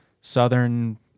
southern